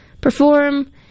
perform